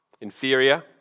inferior